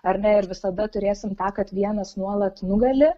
ar ne ir visada turėsim tą kad vienas nuolat nugali